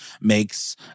makes